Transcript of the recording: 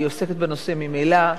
היא עוסקת בנושא ממילא.